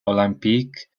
olympique